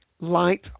light